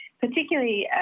particularly